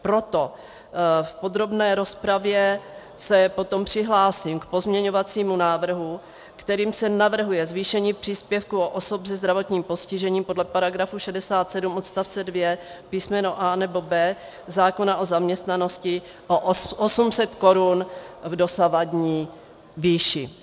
Proto v podrobné rozpravě se potom přihlásím k pozměňovacímu návrhu, kterým se navrhuje zvýšení příspěvku osob se zdravotním postižením podle § 67 odst. 2 písm. a) nebo b) zákona o zaměstnanosti o 800 korun v dosavadní výši.